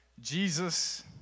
Jesus